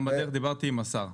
וגם בדרך דיברתי עם השר,